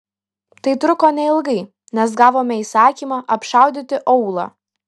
tai truko neilgai nes gavome įsakymą apšaudyti aūlą